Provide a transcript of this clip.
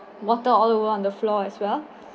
water all over on the floor as well